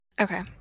okay